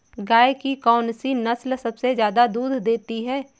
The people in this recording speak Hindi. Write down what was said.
गाय की कौनसी नस्ल सबसे ज्यादा दूध देती है?